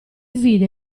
vide